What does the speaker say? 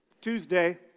Tuesday